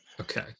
Okay